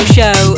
Show